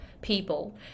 people